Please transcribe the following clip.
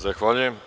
Zahvaljujem.